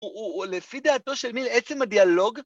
‫לפי דעתו של מיל, עצם הדיאלוג...